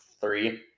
three